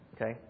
Okay